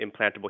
implantable